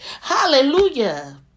Hallelujah